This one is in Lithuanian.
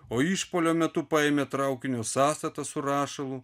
o išpuolio metu paėmė traukinio sąstatą su rašalu